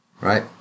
right